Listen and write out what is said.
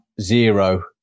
zero